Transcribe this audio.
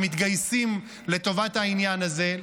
מתגייסים לטובת העניין הזה,